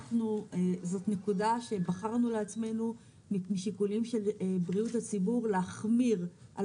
זאת נקודה שבחרנו לעצמנו מפני שיקולים של בריאות הציבור להחמיר על